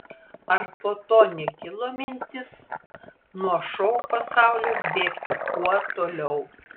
ar po to nekilo mintis nuo šou pasaulio bėgti kuo toliau